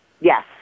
Yes